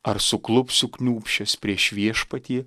ar suklupsiu kniūbsčias prieš viešpatį